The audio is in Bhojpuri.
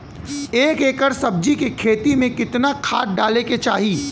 एक एकड़ सब्जी के खेती में कितना खाद डाले के चाही?